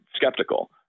skeptical